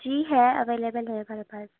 جی ہے ایویلیبل ہے ہمارے پاس